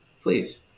Please